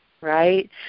right